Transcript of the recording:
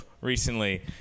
recently